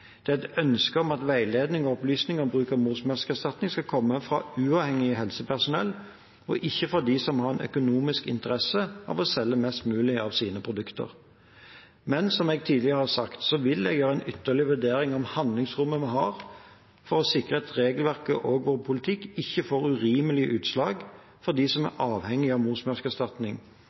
Det er et ønske om at veiledning og opplysning om bruk av morsmelkerstatning skal komme fra uavhengig helsepersonell og ikke fra dem som har en økonomisk interesse av å selge mest mulig av sine produkter. Men jeg vil, som jeg tidligere har sagt, gjøre en ytterligere vurdering av handlingsrommet vi har for å sikre at regelverket og vår politikk ikke får urimelige utslag for dem som er avhengig av